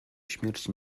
śmierci